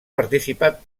participat